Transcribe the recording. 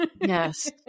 Yes